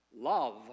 Love